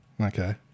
Okay